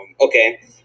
okay